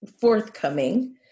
forthcoming